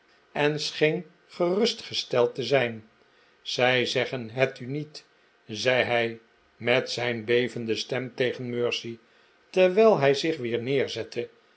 en scheen gerustgesteld te zijn zij zeggen het u niet zei hij met zijn bevende stem tegen mercy terwijl hij zich weer neerzette